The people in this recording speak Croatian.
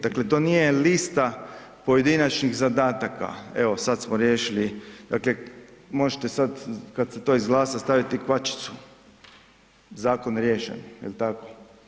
Dakle to nije lista pojedinačnih zadataka, evo sad smo riješili, dakle možete sada kada se to izglasa staviti kvačicu, zakon riješen, jel tako?